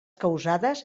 causades